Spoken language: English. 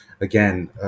again